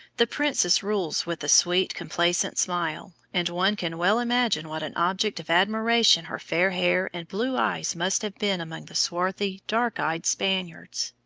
the princess rules with a sweet, complacent smile, and one can well imagine what an object of admiration her fair hair and blue eyes must have been among the swarthy, dark-eyed spaniards.